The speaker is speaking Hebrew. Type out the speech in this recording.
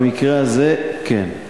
במקרה הזה, כן.